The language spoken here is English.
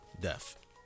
death